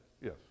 Yes